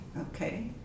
okay